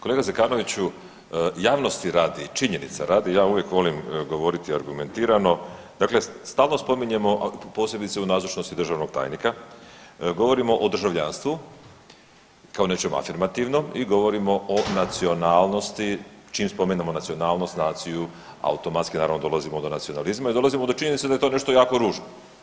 Kolega Zekanoviću, javnosti radi i činjenica radi ja uvijek volim govoriti argumentirano, dakle stalno spominjemo, a posebice u nazočnosti hrvatskog tajnika govorimo o državljanstvu kao o nečem afirmativnom i govorimo o nacionalnosti, čim spomenemo nacionalnost, naciju automatski naravno dolazimo do nacionalizma i dolazimo do činjenice da je to nešto jako ružno.